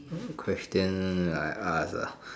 what question I ask ah